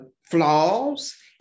flaws